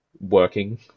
working